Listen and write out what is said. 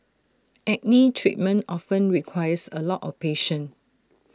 acne treatment often requires A lot of patience